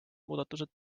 muudatused